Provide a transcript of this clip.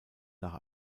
nach